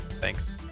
thanks